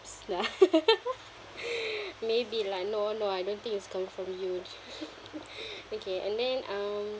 lah maybe lah no no I don't think it's come from you okay and then um